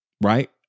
right